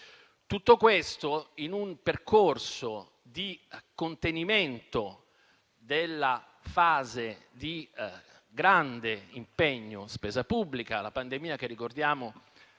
Tutto questo si pone in un percorso di contenimento della fase di grande impegno della spesa pubblica: la pandemia, che ricordiamo